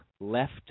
left